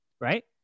Right